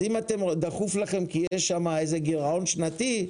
אם דחוף לכם כי יש איזה גרעון שנתי,